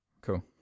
cool